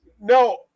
No